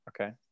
Okay